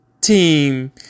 team